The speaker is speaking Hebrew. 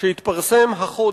שהתפרסם החודש,